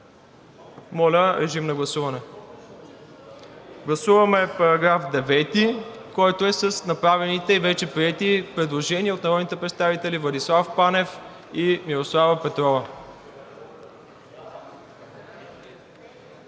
преди малко. Гласуваме § 9, който е с направените и вече приети предложения от народните представители Владислав Панев и Мирослава Петрова.